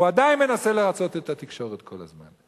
הוא עדיין מנסה לרצות את התקשורת כל הזמן.